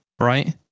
right